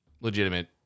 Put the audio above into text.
legitimate